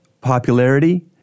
popularity